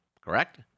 correct